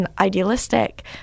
idealistic